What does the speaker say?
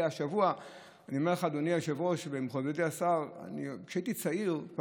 אני אומר לך, אדוני היושב-ראש, מכובדי השר, פעם